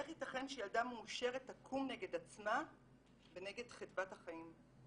איך יתכן שילדה מאושרת תקום נגד עצמה ונגד חדוות החיים?